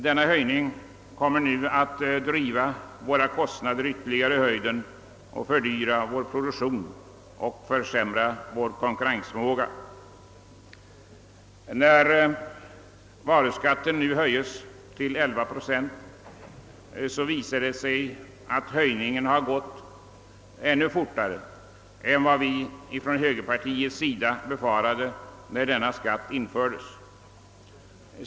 Denna höjning kommer att driva våra kostnader ytterligare i höjden, fördyra vår produktion och försämra vår konkurrensförmåga. Att varuskatten föreslås höjd till 11 procent visar att höjningen gått ännu fortare än vad vi inom högerpartiet befarade när denna skatt infördes.